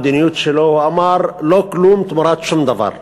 מה המדיניות שלו, הוא אמר: לא כלום תמורת שום דבר.